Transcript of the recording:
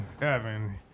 Evan